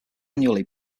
annually